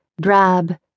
drab